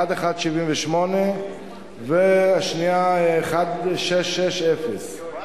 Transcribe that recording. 1178 והשנייה, 1660. מה הקשר?